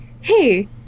hey